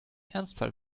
ernstfall